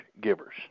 givers